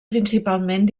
principalment